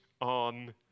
on